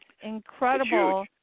incredible